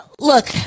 look